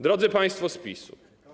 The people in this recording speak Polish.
Drodzy Państwo z PiS-u!